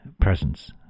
presence